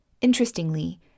Interestingly